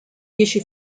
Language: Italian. dieci